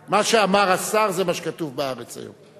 מה שאמר השר זה מה שכתוב ב"הארץ" היום.